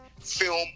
film